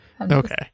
Okay